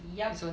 yup